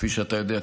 כפי שאתה יודע,